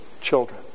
children